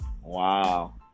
Wow